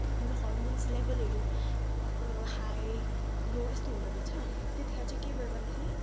हाम्रो हर्मोन्स लेभलहरू up high low यस्तो हुँदो रहेछ त्यतिखेर चाहिँ के भयो भन्दाखेरि